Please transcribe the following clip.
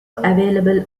available